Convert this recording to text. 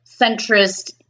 centrist